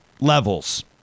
levels